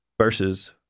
verses